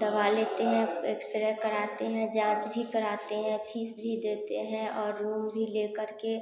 दवा लेते हैं एक्स रे कराते हैं जाँच भी कराते हैं फीस भी देते हैं और रूम भी लेकर के